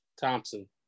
Thompson